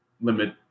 limit